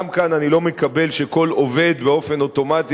גם כאן אני לא מקבל שבאופן אוטומטי